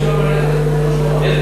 שוויון בנטל, נו?